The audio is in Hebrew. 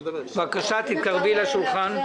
בבקשה תתקרבי לשולחן.